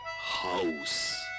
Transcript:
House